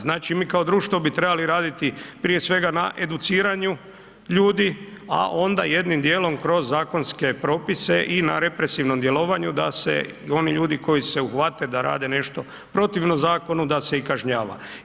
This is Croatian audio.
Znači mi kao društvo bi trebali raditi prije svega na educiranju ljudi, a onda jednim dijelom kroz zakonske propise i na represivnom djelovanju da se oni ljudi koji se uhvate da rade nešto protivno zakonu, da se i kažnjava.